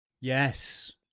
Yes